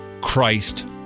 Christ